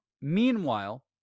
Meanwhile